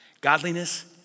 Godliness